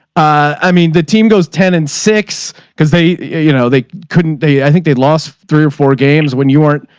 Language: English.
i mean the team goes ten and six cause they, you know, they couldn't, they, i think they'd lost three or four games when you weren't,